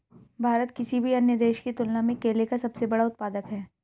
भारत किसी भी अन्य देश की तुलना में केले का सबसे बड़ा उत्पादक है